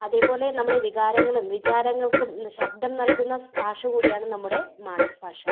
അതേപോലെ നമ്മുടെ വികാരങ്ങളും വിചാരങ്ങൾക്കും ശബ്ദം നൽകുന്ന ഫാഷ കൂടിയാണ് നമ്മുടെ മാതൃഫാഷ